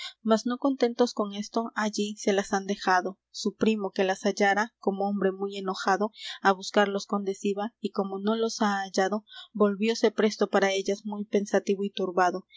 mas no contentos con esto allí se las han dejado su primo que las hallara como hombre muy enojado á buscar los condes iba y como no los ha hallado volvióse presto para ellas muy pensativo y turbado